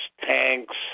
tanks